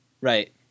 Right